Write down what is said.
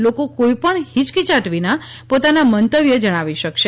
લોકો કોઈપણ ફીચકીયાટ વિના પોતાના મંતવ્ય જણાવી શકશે